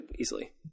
easily